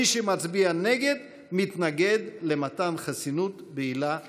מי שמצביע נגד, מתנגד למתן חסינות בעילה זו.